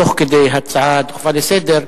תוך כדי ההצעה לסדר,